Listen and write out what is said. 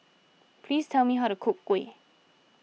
please tell me how to cook Kuih